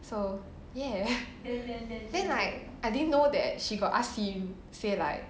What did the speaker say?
so ya then like I didn't know that she got ask him say like